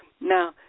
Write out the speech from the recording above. now